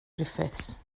griffiths